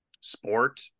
sport